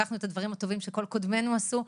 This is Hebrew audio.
לקחנו את הדברים הטובים שכל קודמינו עשו,